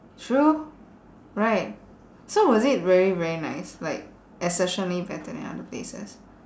sure right so was it very very nice like exceptionally better than other places